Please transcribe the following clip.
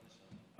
גברתי השרה,